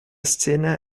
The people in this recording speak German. szene